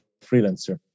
freelancer